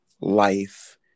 life